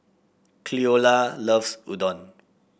Cleola loves Udon